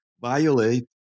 violate